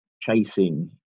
chasing